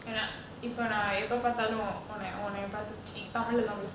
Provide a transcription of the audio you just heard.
இப்பநான்எப்பபாத்தாலும்உனையஉன்னையபாத்துதமிழ்லதாபேசுவேன்:ipa naan epa paathalum unaya unnaya paathu tamizhlatha pesuven